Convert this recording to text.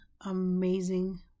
amazing